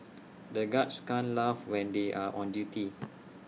the guards can't laugh when they are on duty